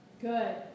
good